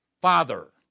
Father